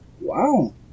Wow